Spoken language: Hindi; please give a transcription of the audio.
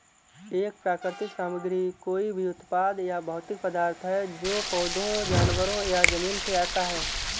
एक प्राकृतिक सामग्री कोई भी उत्पाद या भौतिक पदार्थ है जो पौधों, जानवरों या जमीन से आता है